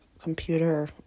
computer